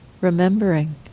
remembering